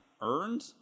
earned